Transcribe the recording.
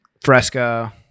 Fresca